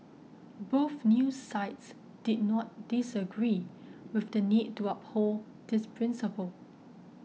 both news sites did not disagree with the need to uphold this principle